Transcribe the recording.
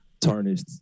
tarnished